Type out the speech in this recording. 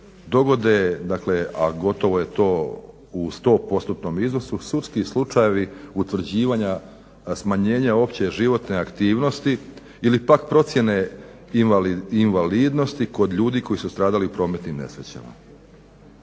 dogode, a gotovo je to u 100% iznosu sudski slučajevi utvrđivanja smanjenja opće životne aktivnosti ili pak procjene invalidnosti kod ljudi koji su stradali u prometnim nesrećama.